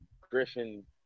Griffin